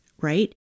right